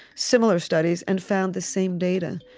similar studies and found the same data.